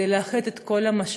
כדי לאחד את כל המשאבים,